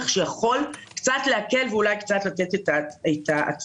שיכול קצת להקל ואולי קצת לתת את ההצדקה.